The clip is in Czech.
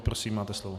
Prosím máte slovo.